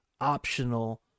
optional